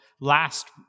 last